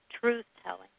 truth-telling